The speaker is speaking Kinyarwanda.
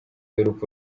y’urupfu